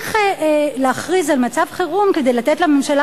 צריך להכריז על מצב חירום כדי לתת לממשלה